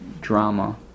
drama